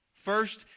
First